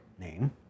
name